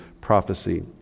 prophecy